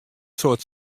soad